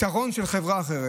ליתרון של חברה על חברה אחרת.